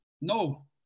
No